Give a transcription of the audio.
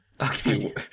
Okay